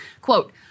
Quote